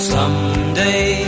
Someday